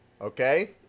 Okay